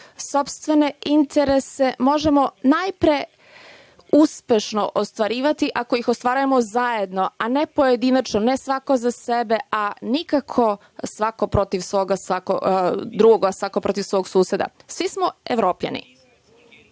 sopstvene interese možemo najpre uspešno ostvarivati ako ih ostvarujemo zajedno, a ne pojedinačno, ne svako za sebe, a nikako svako protiv svakog drugog, svako protiv svog suseda. Svi smo Evropljani,